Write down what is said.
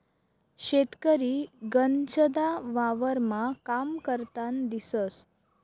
शेतकरी गनचदा वावरमा काम करतान दिसंस